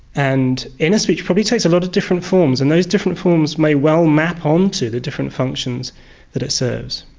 and inner speech probably takes a lot of different forms, and those different forms may well map on to the different functions that it serves.